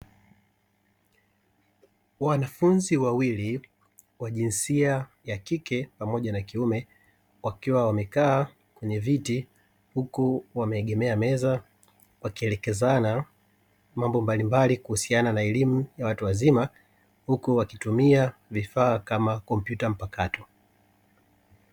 Wanafunzi wawili wa jinsia ya kike pamoja na kiume wakiwa wamekaa kwenye viti huku wameegemea meza, wakielekezana mambo mbalimbali kuhusiana na elimu ya watu wazima huku wakitumia vifaa kama kompyuta mpakato.